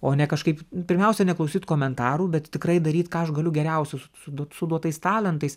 o ne kažkaip pirmiausia neklausyt komentarų bet tikrai daryt ką aš galiu geriausio su su su duotais talentais